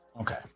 okay